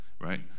right